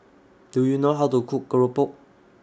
Do YOU know How to Cook Keropok